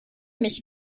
mich